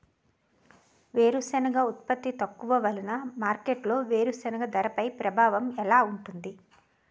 వేరుసెనగ ఉత్పత్తి తక్కువ వలన మార్కెట్లో వేరుసెనగ ధరపై ప్రభావం ఎలా ఉంటుంది?